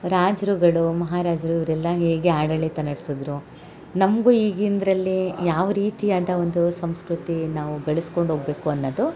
ರಾಜರುಗಳು ಮಹಾರಾಜರು ಇವರೆಲ್ಲ ಹೇಗೆ ಆಡಳಿತ ನಡ್ಸಿದ್ರು ನಮಗೂ ಈಗಿನದ್ರಲ್ಲಿ ಯಾವ ರೀತಿಯಾದ ಒಂದು ಸಂಸ್ಕೃತಿ ನಾವು ಬೆಳೆಸ್ಕೊಂದು ಹೋಗ್ಬೇಕು ಅನ್ನೋದು